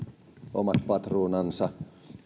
omat patruunansa